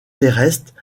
terrestres